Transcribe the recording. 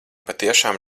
patiešām